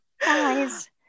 Guys